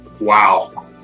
Wow